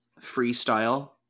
freestyle